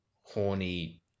horny